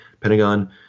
Pentagon